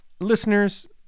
listeners